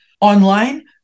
Online